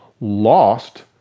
lost